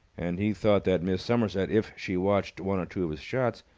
and he thought that miss somerset, if she watched one or two of his shots,